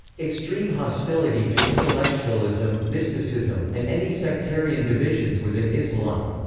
extreme hostility to intellectualism, mysticism, and any sectarian divisions within islam.